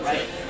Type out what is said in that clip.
Right